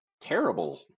terrible